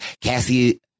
Cassie